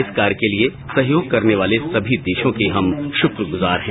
इस कार्य के लिए सहयोग करने वाले सभी देशों के हम शुक्रगुजार हैं